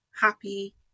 happy